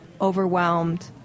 overwhelmed